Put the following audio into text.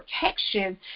protection